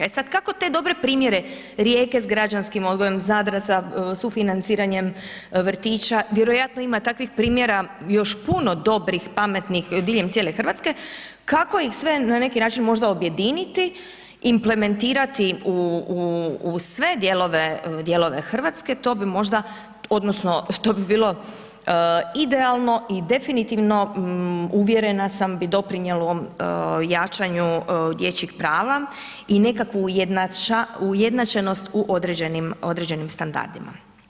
E sad kako te dobre primjere Rijeke sa građanskim odgojem, Zadra sa sufinanciranjem vrtića, vjerojatno ima takvih primjera još puno dobrih, pametnih diljem cijele Hrvatske kako ih sve na neki način možda objediniti, implementirati u sve dijelove Hrvatske to bi možda, odnosno to bi bilo idealno i definitivno uvjerena sam bi doprinijelo jačanju dječjih prava i nekakvu ujednačenost u određenim standardima.